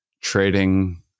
trading